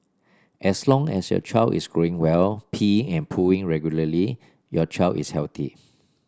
as long as your child is growing well peeing and pooing regularly your child is healthy